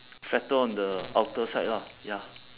fatter on the outer side lah ya